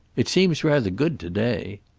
it seems rather good to-day.